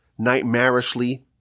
nightmarishly